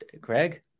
Greg